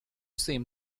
seem